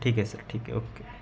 ठीक आहे सर ठीक आहे ओक्के